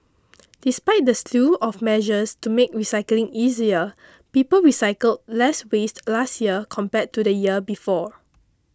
despite the slew of measures to make recycling easier people recycled less waste last year compared to the year before